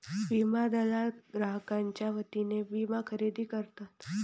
विमा दलाल ग्राहकांच्यो वतीने विमा खरेदी करतत